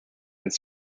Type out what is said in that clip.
its